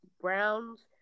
Browns